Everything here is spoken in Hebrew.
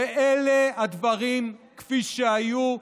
ואלה הדברים כפי שהיו,